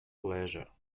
pleasure